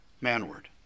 manward